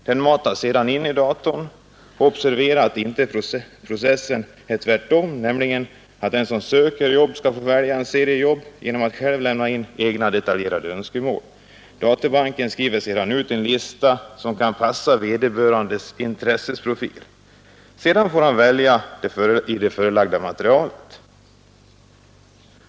Den matas sedan in i datorn — observera att processen inte är omvänd, dvs. att den som söker jobb skall få välja en serie arbeten genom att själv lämna in detaljerade önskemål. Databanken skriver sedan ut en lista som kan passa vederbörandes ”intresseprofil”. Sedan får han välja i det förelagda materialet.